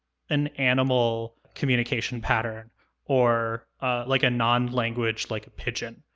an animal communication pattern or like a non-language, like a pidgin,